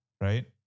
right